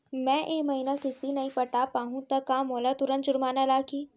मैं ए महीना किस्ती नई पटा पाहू त का मोला तुरंत जुर्माना लागही?